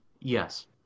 yes